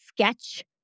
sketch